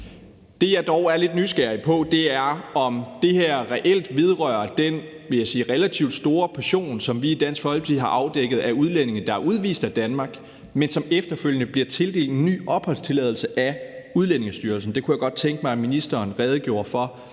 Det, jeg dog er lidt nysgerrig på, er, om det her reelt vedrører den, vil jeg sige relativt store portion, som vi i Dansk Folkeparti har afdækket, af udlændinge, der er udvist af Danmark, men som efterfølgende bliver tildelt en ny opholdstilladelse af Udlændingestyrelsen. Det kunne jeg godt tænke mig at ministeren redegjorde for.